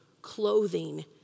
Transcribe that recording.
clothing